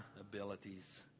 abilities